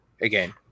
again